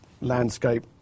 landscape